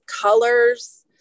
colors